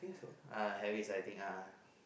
uh very exciting ah